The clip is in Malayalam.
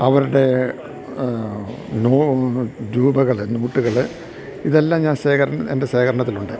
അവരുടെ രൂപകള് നോട്ട്കള് ഇതെല്ലാം ഞാൻ ശേഖരൻ എൻ്റെ ശേഖരണത്തിലുണ്ട്